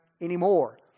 anymore